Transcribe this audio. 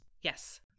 Yes